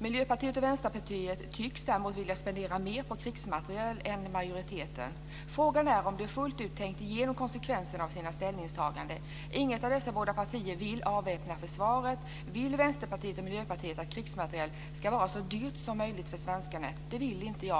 Miljöpartiet och Vänsterpartiet tycks däremot vilja spendera mer på krigsmateriel än majoriteten. Frågan är om de fullt ut tänkt igenom konsekvenserna av sina ställningstaganden. Inget av dessa båda partier vill avväpna försvaret. Vill Vänsterpartiet och Miljöpartiet att krigsmateriel ska vara så dyrt som möjligt för svenskarna? Det vill inte jag.